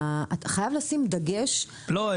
חייב לשים דגש --- לא,